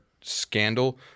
scandal